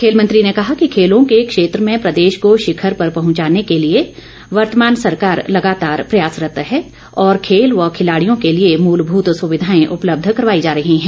खेल मंत्री ने कहा कि खेलों के क्षेत्र में प्रदेश को शिखर पर पहुंचाने के लिए वर्तमान सरकार लगातार प्रयासरत है और खेल व खिलाड़ियों के लिए मूलभूत सुविधाएं उपलब्ध करवाई जा रही हैं